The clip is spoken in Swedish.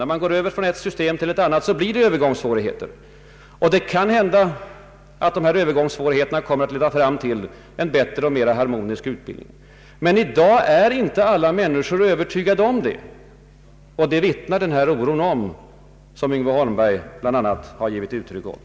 När man går över från ett system till ett annat blir det övergångssvårigheter. Det kan hända att övergångssvårigheterna kommer att leda fram till en bättre och mera harmonisk utbildning. Men i dag är inte alla människor övertygade om det. Därom vittnar den allmänna oro som Yngve Holmberg ansåg sig böra ge uttryck åt.